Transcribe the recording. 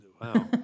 Wow